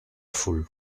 foule